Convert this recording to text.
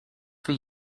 for